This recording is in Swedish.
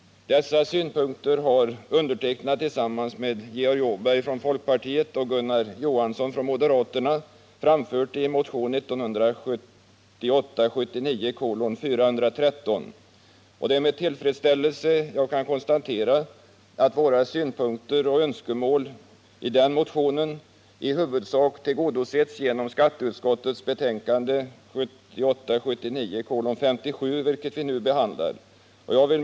Dessa synpunkter har jag tillsammans med Georg Åberg från folkpartiet och Gunnar Johansson från moderaterna framfört i motionen 1978 79:57 som vi nu behandlar. Herr talman!